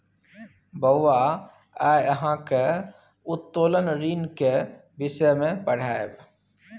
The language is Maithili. बौआ आय अहाँक उत्तोलन ऋण केर विषय मे पढ़ायब